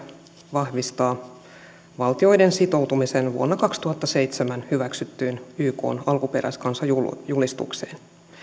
vahvistaa valtioiden sitoutumisen vuonna kaksituhattaseitsemän hyväksyttyyn ykn alkuperäiskansajulistukseen